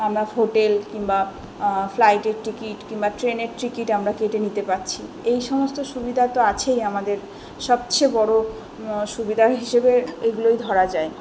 আমরা হোটেল কিম্বা ফ্লাইটের টিকিট কিম্বা ট্রেনের টিকিট আমরা কেটে নিতে পারছি এই সমস্ত সুবিধা তো আছেই আমাদের সবচেয়ে বড়ো সুবিধা হিসেবে এগুলোই ধরা যায়